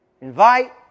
invite